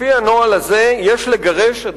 לפי הנוהל הזה יש לגרש מייד מישראל,